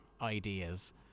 ideas